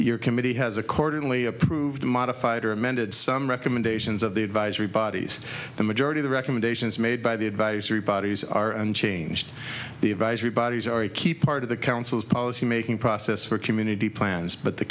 your committee has accordingly approved modified or amended some recommendations of the advisory bodies the majority the recommendations made by the advisory bodies are unchanged the advisory bodies are a key part of the council's policy making process for community plans but the